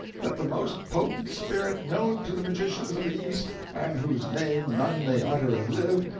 that the most potent spirit known to the magicians of the east, and whose name none may utter and live,